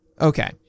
Okay